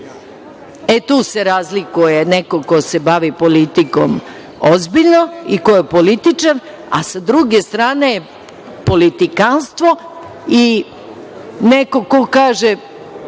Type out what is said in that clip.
E, tu se razlikuje neko ko se bavi politikom ozbiljno i ko je političar, a sa druge strane, politikanstvo i neko ko kaže